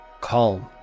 calm